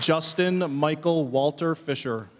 justin michael walter fisher